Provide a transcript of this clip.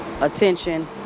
Attention